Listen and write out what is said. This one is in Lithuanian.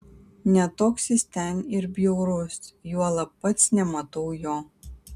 ne toks jis ten ir bjaurus juolab pats nematau jo